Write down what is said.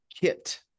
kit